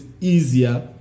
easier